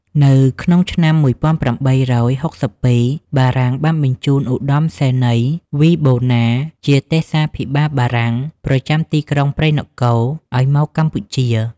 នៅក្នុងឆ្នាំ ១៨៦២បារាំងបានបញ្ជូនឧត្តមនាវីបូណា ជាទេសាភិបាលបារាំងប្រចាំទីក្រុងព្រៃនគរ ឲ្យមកកម្ពុជា។